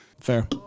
Fair